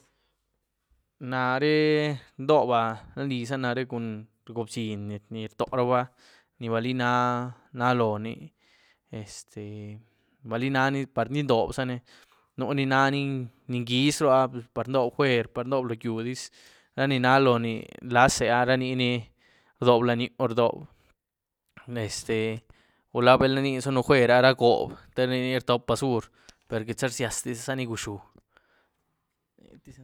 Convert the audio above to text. naré rndoba lany liza nare cun coobziny ni-ni rtoorabá ní bali nah loóni este bali nani par indoobzani, nuni naní ni ngyiéz rúá par ndoob juer, par ndoob lo yúdiz, ra ni na loóni lazeeá raniní rdoob lanyú, rdoob, este, gula bal na inizaën juer áh ra goob téh niní rtop basur per queityza rzyiazdi zani gu´xú.